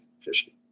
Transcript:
fishing